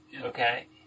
okay